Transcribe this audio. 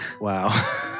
Wow